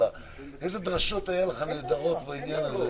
היו לך דרשות נהדרות בעניין הזה.